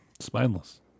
Spineless